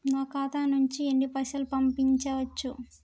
నా ఖాతా నుంచి ఎన్ని పైసలు పంపించచ్చు?